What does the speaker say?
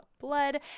blood